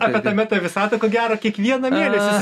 apie tą meta visatą ko gero kiekvieną